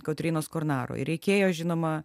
kotrynos kornaro ir reikėjo žinoma